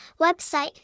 Website